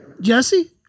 Jesse